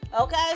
Okay